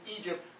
Egypt